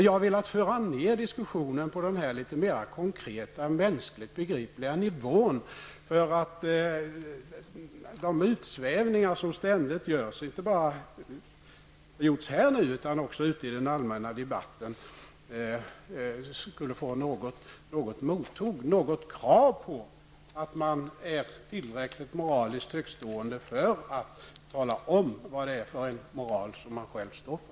Jag har velat föra ned diskussionen på denna litet mer konkreta och mänskligt begripliga nivå för att de som ständigt gör utsvävningar, inte bara här utan också ute i den allmänna debatten, skulle få något motord och för att något krav skulle ställas på dem att visa att de är tillräckligt moraliskt högtstående för att tala om vad det är för en moral som de själva står för.